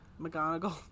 McGonagall